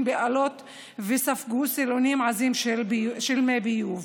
באלות וספגו סילונים עזים של מי ביוב.